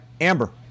Amber